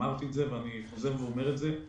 אמרתי את זה ואני חוזר ואומר את זה.